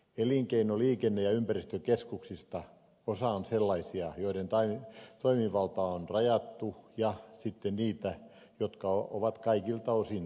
elinkeino liikenne ja ympäristökeskuksista osa on sellaisia joiden toimivaltaa on rajattu ja sitten on niitä jotka ovat kaikilta osin toimivaltaisia